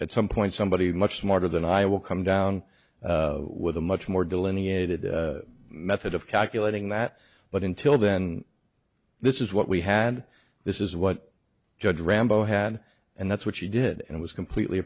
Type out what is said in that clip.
at some point somebody much smarter than i will come down with a much more delineated method of calculating that but until then this is what we have and this is what judge rambo had and that's what she did and was completely